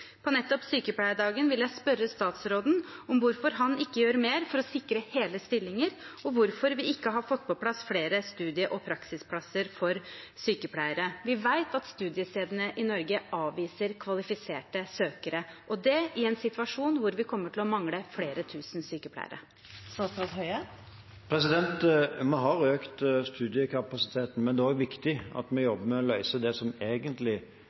Nettopp på sykepleierdagen vil jeg spørre statsråden om hvorfor han ikke gjør mer for å sikre hele stillinger, og hvorfor vi ikke har fått på plass flere studie- og praksisplasser for sykepleiere. Vi vet at studiestedene i Norge avviser kvalifiserte søkere – og det i en situasjon hvor vi kommer til å mangle flere tusen sykepleiere. Vi har økt studiekapasiteten, men det er også viktig at vi jobber med å løse det som egentlig